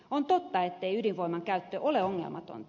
on totta ettei ydinvoiman käyttö ole ongelmatonta